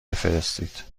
بفرستید